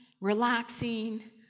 relaxing